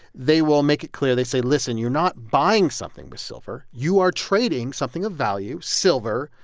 they will make it clear they say, listen, you're not buying something with silver. you are trading something of value, silver,